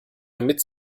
damit